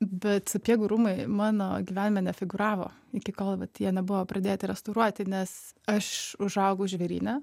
bet sapiegų rūmai mano gyvenime nefigūravo iki kol vat jie nebuvo pradėti restauruoti nes aš užaugau žvėryne